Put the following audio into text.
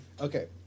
okay